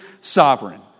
sovereign